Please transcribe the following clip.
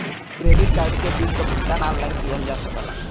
credit card के bill क भुगतान ऑनलाइन किहल जा सकला